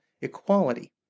equality